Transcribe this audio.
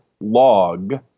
log